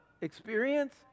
Experience